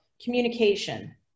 communication